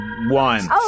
one